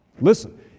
listen